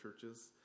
churches